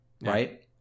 right